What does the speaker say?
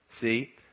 See